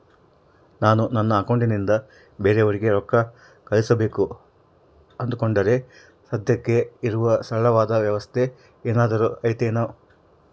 ನಾನು ನನ್ನ ಅಕೌಂಟನಿಂದ ಬೇರೆಯವರಿಗೆ ರೊಕ್ಕ ಕಳುಸಬೇಕು ಅಂದುಕೊಂಡರೆ ಸದ್ಯಕ್ಕೆ ಇರುವ ಸರಳವಾದ ವ್ಯವಸ್ಥೆ ಏನಾದರೂ ಐತೇನು?